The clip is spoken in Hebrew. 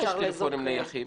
יש טלפונים נייחים.